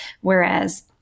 Whereas